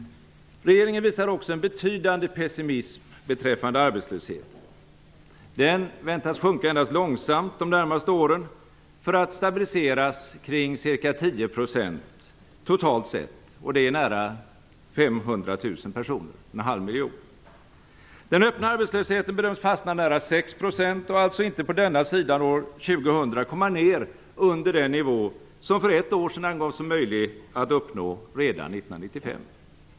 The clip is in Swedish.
Regeringen visar också en betydande pessimism beträffande arbetslösheten. Den väntas sjunka endast långsamt de närmaste åren för att stabiliseras kring ca 10 % totalt sett - nära 500 000 personer. Den öppna arbetslösheten bedöms fastna nära 6 % och alltså inte på denna sidan år 2000 komma ner under den nivå som för ett år sedan angavs som möjlig att uppnå redan 1995.